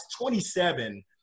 27